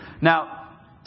Now